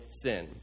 sin